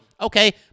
okay